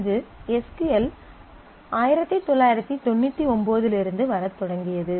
இது S Q L 1999 லிருந்து வரத் தொடங்கியது